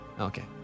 Okay